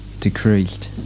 Decreased